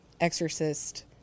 exorcist